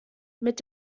mit